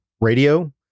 radio